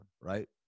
right